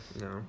No